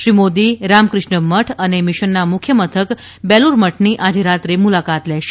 શ્રી મોદી રામકિષ્ન મઠ અને મિશનના મુખ્યમંથક બેલુરમઠની આજે રાત્રે મુલાકાત લેશે